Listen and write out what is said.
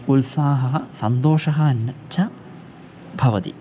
उत्साहः सन्तोषः अन्यः च भवति